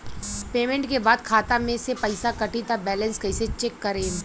Payment के बाद खाता मे से पैसा कटी त बैलेंस कैसे चेक करेम?